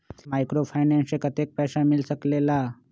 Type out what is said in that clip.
Microfinance से कतेक पैसा मिल सकले ला?